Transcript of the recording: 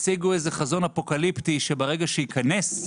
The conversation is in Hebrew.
הציגו איזה חזון אפוקליפטי שברגע שזה ייכנס,